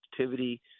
activity